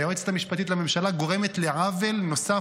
היועצת המשפטית לממשלה גורמת לעוול נוסף.